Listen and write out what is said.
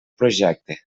projecte